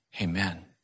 Amen